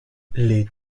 les